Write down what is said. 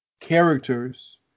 characters